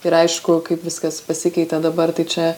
ir aišku kaip viskas pasikeitė dabar tai čia